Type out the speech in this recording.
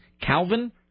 Calvin